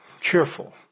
cheerful